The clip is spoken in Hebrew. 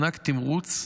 מענק תמרוץ,